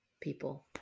people